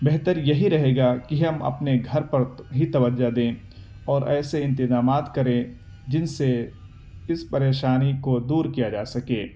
بہتر یہی رہے گا کہ ہم اپنے گھر پر ہی توجہ دیں اور ایسے انتظامات کریں جن سے اس پریشانی کو دور کیا جا سکے